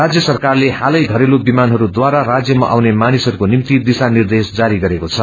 राज्य सरकारले हत्तै घरेलु विमानहरूद्वारा राज्यमा आउने मानिसहरूको निम्ति दिशा निर्देश जारी गरेको छ